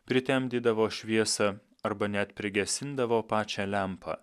pritemdydavo šviesą arba net prigesindavo pačią lempą